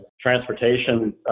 transportation